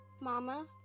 Mama